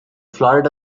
florida